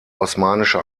osmanische